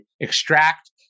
extract